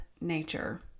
nature